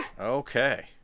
Okay